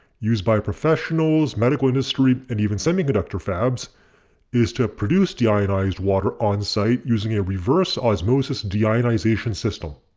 used by professionals, medical industry and even semiconductor fabs is to produce deionized water onsite using a reverse osmosis deionization system.